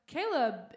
Caleb